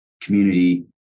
community